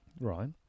Right